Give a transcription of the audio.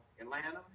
Atlanta